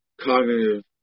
cognitive